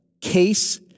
case